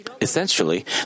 Essentially